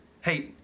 hey